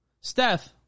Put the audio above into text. Steph